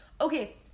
okay